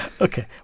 Okay